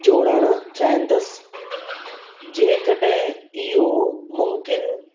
जोड़ण चाहींदसि जेकॾहिं इहो मुमकिन